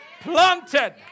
Planted